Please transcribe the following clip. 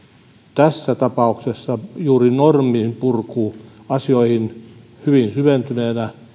tässä tapauksessa juuri norminpurkuasioihin hyvin syventyneenä